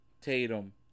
Tatum